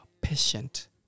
patient